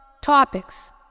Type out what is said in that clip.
topics